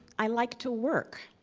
i like to work,